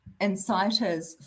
inciters